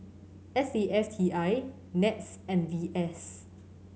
S A F T I NETS and V S